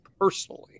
personally